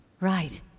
Right